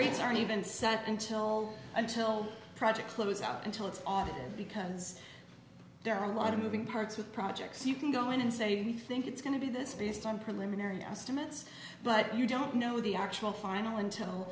are even sent until until projects lose out until it's off because there are a lot of moving parts with projects you can go in and say we think it's going to be this based on preliminary estimates but you don't know the actual final until